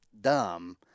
dumb